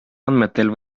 andmetel